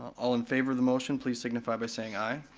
all in favor of the motion, please signify by saying aye.